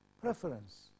preference